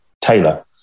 Taylor